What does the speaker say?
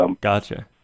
gotcha